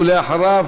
ואחריו,